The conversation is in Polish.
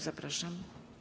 Zapraszam.